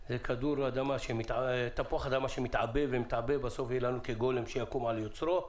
זה תפוח אדמה שמתעבה ומתעבה ובסוף יהיה לנו כגולם שיקום על יוצרו.